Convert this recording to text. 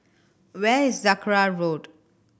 where is Sakra Road